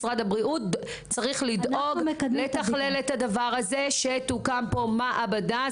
משרד הבריאות צריך לדאוג לתכלל את הדבר הזה שתוקם פה מעבדה.